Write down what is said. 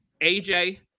AJ